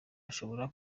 ushobora